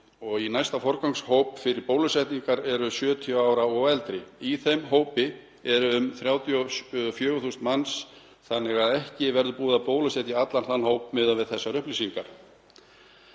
og í næsta forgangshópi fyrir bólusetningar eru 70 ára og eldri. Í þeim hópi eru um 34.000 manns þannig að ekki verður búið að bólusetja allan þann hóp miðað við þessar upplýsingar.